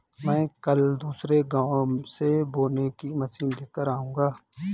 मैं कल दूसरे गांव से बोने की मशीन लेकर आऊंगा